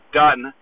done